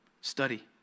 Study